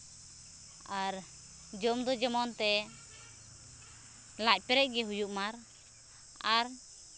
ᱟᱨ ᱡᱚᱢ ᱫᱚ ᱡᱮᱢᱚᱱ ᱛᱮ ᱞᱟᱡ ᱯᱮᱨᱮᱡ ᱜᱮ ᱦᱩᱭᱩᱜ ᱢᱟ ᱟᱨ